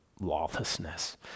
lawlessness